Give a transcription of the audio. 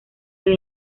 del